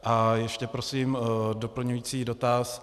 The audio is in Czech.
A ještě prosím doplňující dotaz.